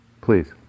Please